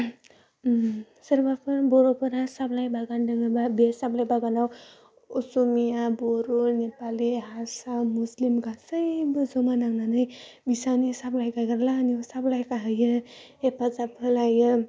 उम सोरबाफोर बर'फोरा साबलाइ बागान दङोब्ला बे सबलाय बागानाव असमिया बर' नेपालि हारसा मुस्लिम गासैबो जमा नांनानै बिसानि साबलाइ फाइखारि लाहानि साबलाइ खाहैयो होफाजाबा होलायो